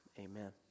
amen